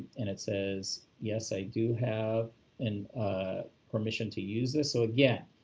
and it says, yes, i do have and permission to use this. so again,